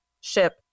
Ship